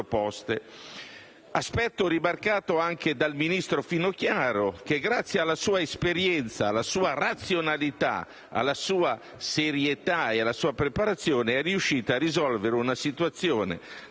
Aspetto rimarcato anche dal ministro Finocchiaro che grazie alla sua esperienza, alla sua razionalità, alla sua serietà ed alla sua preparazione è riuscita a risolvere una situazione